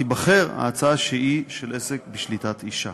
תיבחר ההצעה שהיא של עסק בשליטת אישה.